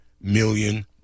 million